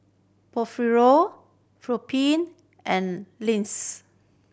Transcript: Porfirio Felipe and